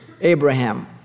Abraham